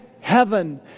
heaven